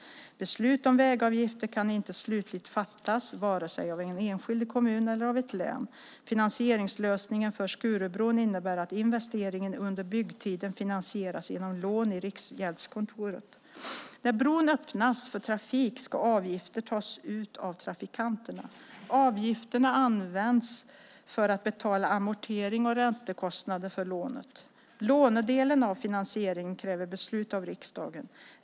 Beslut om vägavgifter kan inte slutligt fattas vare sig av en enskild kommun eller av ett län. Finansieringslösningen för Skurubron innebär att investeringen under byggtiden finansieras genom lån i Riksgäldskontoret. När bron öppnas för trafik ska avgifter tas ut av trafikanterna. Avgifterna används för att betala amortering och räntekostnader för lånet. Lånedelen av finansieringen kräver beslut av riksdagen.